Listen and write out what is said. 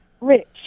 rich